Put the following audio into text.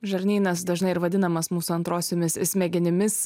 žarnynas dažnai ir vadinamas mūsų antrosiomis smegenimis